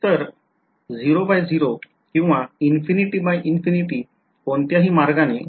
एक तर 0 0 किंवा InfinityInfinity कोणत्याही मार्गाने